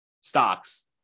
stocks